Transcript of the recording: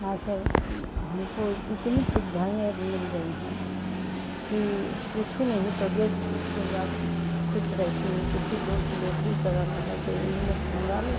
हाँ सर हमको इतनी सुविधाएँ अब मिल गई हैं कि पूछो नहीं तबियत दिन रात ख़ुश रहती है किसी को डिलीवरी कराना है तो एम्बुलेन्स मँगा लो